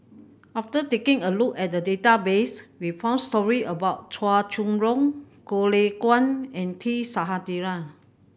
after taking a look at the database we found story about Chua Chong Long Goh Lay Kuan and T Sasitharan